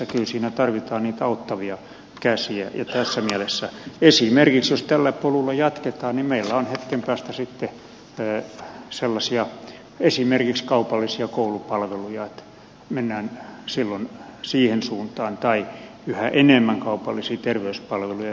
kyllä siinä tarvitaan niitä auttavia käsiä ja tässä mielessä esimerkiksi jos tällä polulla jatketaan meillä on hetken päästä sitten sellaisia esimerkiksi kaupallisia koulupalveluja mennään silloin siihen suuntaan tai yhä enemmän kaupallisiin terveyspalveluihin